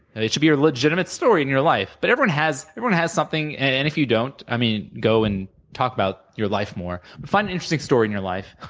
they should be legitimate story in your life, but everyone has everyone has something, and if you don't, i mean go and talk about your life more. find an interesting story in your life.